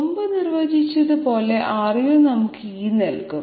മുമ്പ് നിർവചിച്ചതുപോലെ Ru നമുക്ക് e നൽകും